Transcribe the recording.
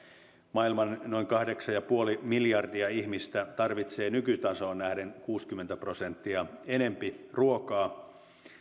maailman noin kahdeksan pilkku viisi miljardia ihmistä tarvitsevat nykytasoon nähden kuusikymmentä prosenttia enempi ruokaa